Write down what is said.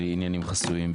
של עניינים חסויים.